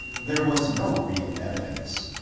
there was no real evidence,